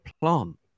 Plant